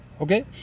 Okay